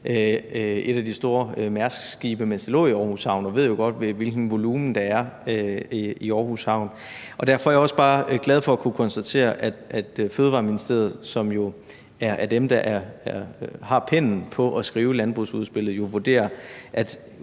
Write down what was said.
et af de store Mærskskibe, mens det lå i Aarhus havn, og jeg ved jo godt, hvilken volumen der er i Aarhus Havn. Derfor er jeg også bare glad for at kunne konstatere, at Fødevareministeriet, som jo er dem, der har pennen i forhold til at skrive landbrugsudspillet, jo vurderer, at